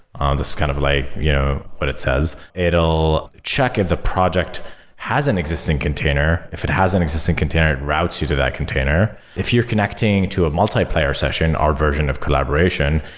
um this is kind of like you know what it says. it will check if the project has an existing container. if it has an existing container, it routes you to that container. if you're connecting to a multiplayer session, our version of collaboration,